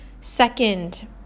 Second